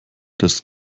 das